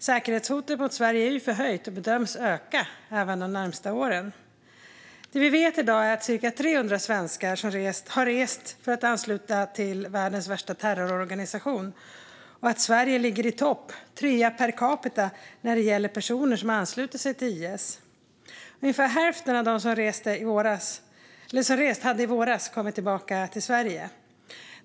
Säkerhetshotet mot Sverige är förhöjt och bedöms även öka under de närmaste åren. Det vi vet i dag är att cirka 300 svenskar har rest för att ansluta sig till världens värsta terrororganisation och att Sverige ligger i topp, som nummer tre räknat per capita, när det gäller personer som har anslutit sig till IS. Ungefär hälften av dem som har rest hade i våras kommit tillbaka till Sverige.